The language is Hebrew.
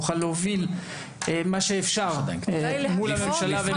נוכל להוביל מה שאפשר מול הממשלה.